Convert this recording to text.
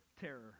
terror